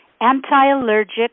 anti-allergic